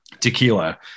Tequila